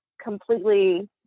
completely